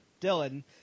Dylan